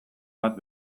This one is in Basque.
bat